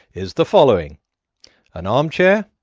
is the following an armchair.